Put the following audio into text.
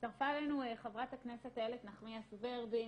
הצטרפה אלינו חברת הכנסת איילת נחמיאס ורבין,